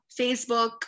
Facebook